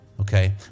okay